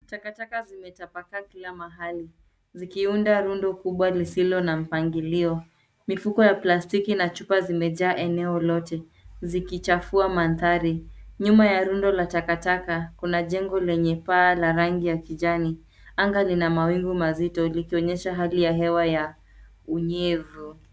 Takataka zimetapakaa kila mahali zikiunda rundu kubwa lisilo na mpangilio. Mifuko ya plastiki na chupa zimejaa eneo lote zikichafua mandhari. Nyuma ya rundo la takataka kuna jengo lenye paa la rangi ya kijani. Anga lina mawingu mazito likionyesha hali ya hewa ya unyevu.